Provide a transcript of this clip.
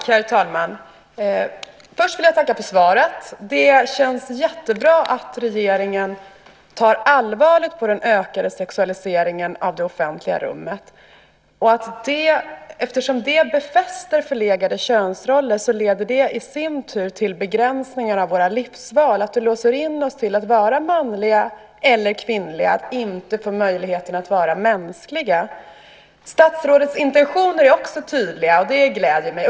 Herr talman! Först vill jag tacka för svaret. Det känns jättebra att regeringen tar allvarligt på den ökade sexualiseringen av det offentliga rummet. Det befäster förlegade könsroller och leder i sin tur till begränsningar av våra livsval. Det låser in oss till att vara manliga eller kvinnliga och inte få möjligheten att vara mänskliga. Statsrådets intentioner är också tydliga, och det gläder mig.